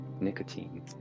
nicotine